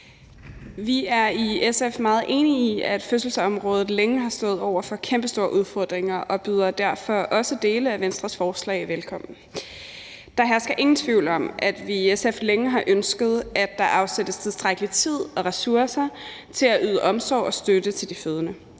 Vi er i SF meget enige i, at fødselsområdet længe har stået over for kæmpestore udfordringer, og derfor byder vi også dele af Venstres forslag velkommen. Der hersker ingen tvivl om, at vi i SF længe har ønsket, at der afsættes tilstrækkelig tid og ressourcer til at yde omsorg og støtte til de fødende.